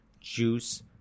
juice